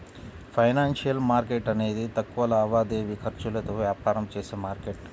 financial market అనేది తక్కువ లావాదేవీ ఖర్చులతో వ్యాపారం చేసే మార్కెట్